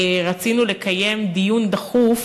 לקיים דיון דחוף